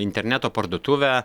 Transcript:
interneto parduotuvę